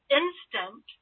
instant